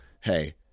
Hey